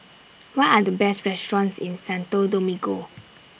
What Are The Best restaurants in Santo Domingo